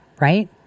right